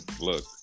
Look